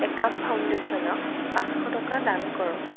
একাম ফাউণ্ডেশ্যনক পাঁচশ টকা দান কৰক